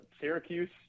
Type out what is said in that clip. Syracuse